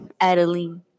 Adeline